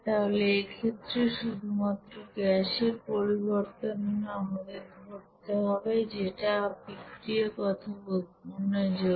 তাহলে সেই ক্ষেত্রে শুধুমাত্র গ্যাসের জন্য পরিবর্তন আমাদের ধরতে হবে যেটা বিক্রিয়ক অথবা উৎপন্ন যৌগ